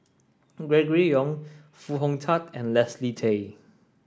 Gregory Yong Foo Hong Tatt and Leslie Tay